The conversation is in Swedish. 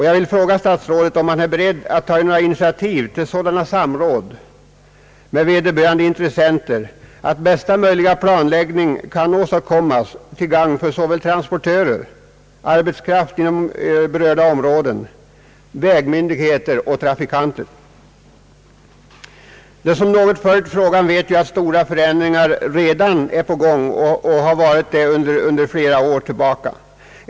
Jag vill fråga om statsrådet är beredd att ta initiativ till sådana samråd med vederbörande intressenter, så att bästa möjliga planläggning kan åstadkommas till gagn för transportörer, arbetskraft inom berörda områden, vägmyndigheter och trafikanter. Den som något följt frågan vet att stora förändringar redan sker sedan flera år.